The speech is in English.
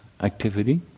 activity